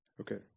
Okay